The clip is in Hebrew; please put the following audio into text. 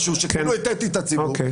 לענות.